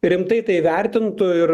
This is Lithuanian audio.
rimtai tai vertintų ir